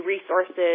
resources